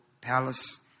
palace